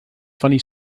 funny